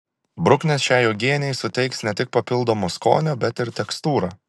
bruknės šiai uogienei suteiks ne tik papildomo skonio bet ir tekstūrą